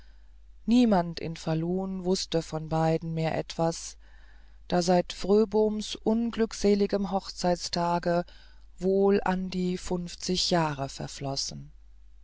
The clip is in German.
niemand in falun wußte von beiden mehr etwas da seit fröboms unglückseligem hochzeitstage wohl an die funfzig jahre verflossen